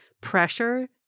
pressure